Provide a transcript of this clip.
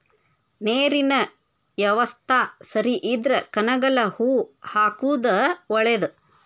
ನೇರಿನ ಯವಸ್ತಾ ಸರಿ ಇದ್ರ ಕನಗಲ ಹೂ ಹಾಕುದ ಒಳೇದ